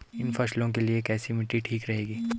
इन फसलों के लिए कैसी मिट्टी ठीक रहेगी?